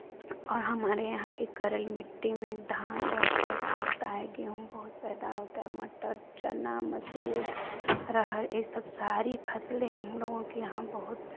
और हमारे यहां की करेल मिट्टी में धान बहुत पैदा होता है गेहूं बहुत पैदा होता है मटर चना मसूर अरहर ये सब सारी फसलें हमलोगों के यहां बहुत